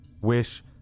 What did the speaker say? wish